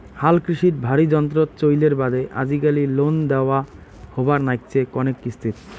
হালকৃষিত ভারী যন্ত্রর চইলের বাদে আজিকালি লোন দ্যাওয়া হবার নাইগচে কণেক কিস্তিত